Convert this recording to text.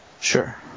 Sure